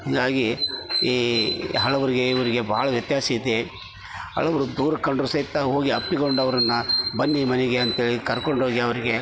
ಹೀಗಾಗಿ ಈ ಹಳಬರಿಗೆ ಇವರಿಗೆ ಭಾಳ ವ್ಯತ್ಯಾಸ ಐತೆ ಹಳಬರು ದೂರ ಕಂಡರು ಸಹಿತ ಹೋಗಿ ಅಪ್ಪಿಕೊಂಡು ಅವ್ರನ್ನು ಬನ್ನಿ ಮನೆಗೆ ಅಂತೇಳಿ ಕರ್ಕೊಂಡು ಹೋಗಿ ಅವರಿಗೆ